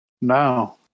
no